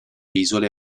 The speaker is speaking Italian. isole